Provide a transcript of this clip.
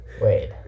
Wait